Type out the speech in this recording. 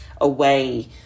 away